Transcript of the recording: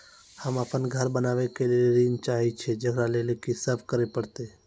होम अपन घर बनाबै के लेल ऋण चाहे छिये, जेकरा लेल कि सब करें परतै?